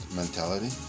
mentality